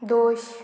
दोश